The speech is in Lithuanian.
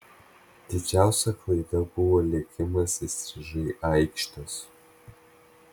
didžiausia klaida buvo lėkimas įstrižai aikštės